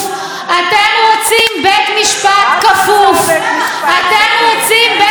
ככה מדבר מי שרוצה בית משפט אחרי אילוף.